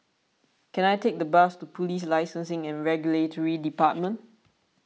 can I take a bus to Police Licensing and Regulatory Department